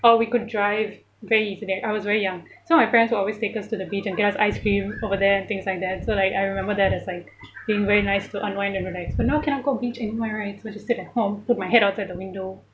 or we could drive very easily I was very young so my friends always take us to the beach and get ice cream over there and things like that so like I remember that as like being very nice to unwind and relax but now cannot go beach anymore right so just sit at home put my head outside the window